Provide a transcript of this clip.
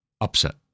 upset